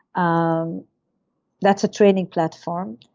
um that's a training platform.